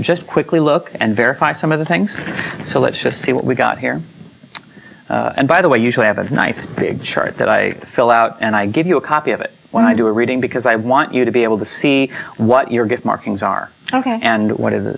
just quickly look and verify some of the things so let's just see what we've got here and by the way usually have a nice big chart that i fill out and i give you a copy of it when i do a reading because i want you to be able to see what your gift markings are ok and what it i